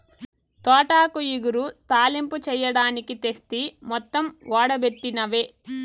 తోటాకు ఇగురు, తాలింపు చెయ్యడానికి తెస్తి మొత్తం ఓడబెట్టినవే